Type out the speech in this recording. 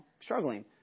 struggling